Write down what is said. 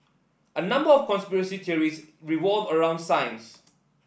a number of conspiracy theories revolve around science